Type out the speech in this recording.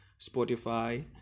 spotify